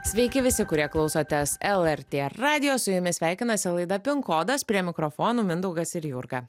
sveiki visi kurie klausotės lrt radijo su jumis sveikinasi laida pin kodas prie mikrofonų mindaugas ir jurga